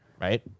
right